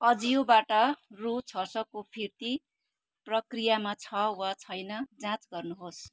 अजियोबाट रु छ सौको फिर्ती प्रक्रियामा छ वा छैन जाँच गर्नुहोस्